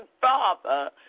Father